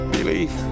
Belief